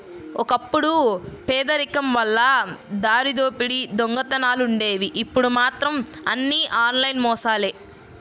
ఒకప్పుడు పేదరికం వల్ల దారిదోపిడీ దొంగతనాలుండేవి ఇప్పుడు మాత్రం అన్నీ ఆన్లైన్ మోసాలే